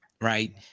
Right